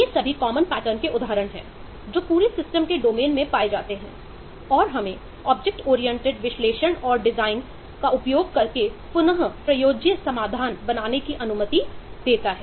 ये सभी common pattern का उपयोग करके पुन प्रयोज्य समाधान बनाने की अनुमति देता है